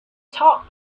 top